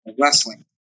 wrestling